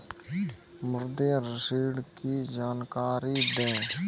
मुद्रा ऋण की जानकारी दें?